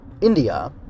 India